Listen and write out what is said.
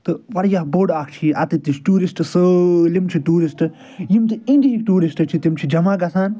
تہٕ واریاہ بوٚڈ اکھ چھِ یہ اتٮ۪تھ تہِ چھُ ٹٮ۪ورسٹ سٲلم چھِ ٹورسٹ یِم تہِ انڈیہک ٹورسٹ چھِ تِم چھِ جمع گژھان